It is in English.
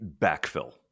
backfill